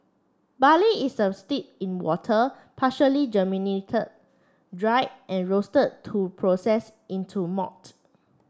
barley is a steep in water partially germinated dried and roasted to process into malt